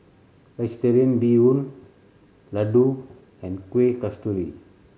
Vegetarian Bee Hoon laddu and Kuih Kasturi